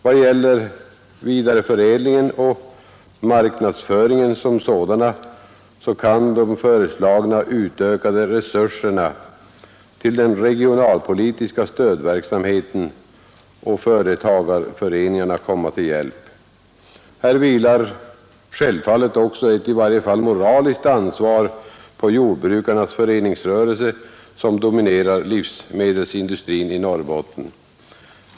Vad gäller vidareförädlingen och marknadsföringen som sådana kan de föreslagna utökade resurserna till den regionala stödverksamheten och företagarföreningarna komma till hjälp. Här vilar självfallet också ett i varje fall moraliskt ansvar på jordbrukarnas föreningsrörelse, som dominerar livsmedelsindustrin i Norrbotten.